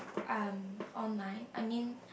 um online I mean